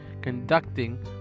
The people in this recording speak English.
conducting